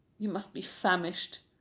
you must be famished.